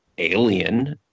Alien